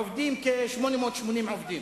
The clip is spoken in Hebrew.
עובדים כ-880 עובדים.